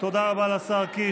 תודה רבה לשר קיש.